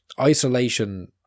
isolation